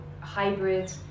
hybrid